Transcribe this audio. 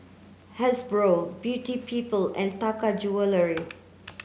Hasbro Beauty People and Taka Jewelry